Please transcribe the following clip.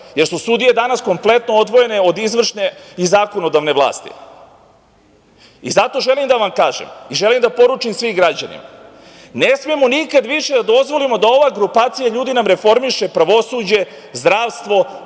jer su sudije danas kompletno odvojene od izvršne i zakonodavne vlasti. Zato želim da vam kažem i da poručim svim građanima, ne smemo nikad više da dozvolimo da ova grupacija ljudi nam reformiše pravosuđe, zdravstvo,